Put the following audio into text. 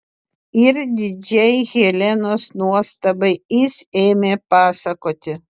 ir didžiai helenos nuostabai jis ėmė pasakoti